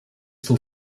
still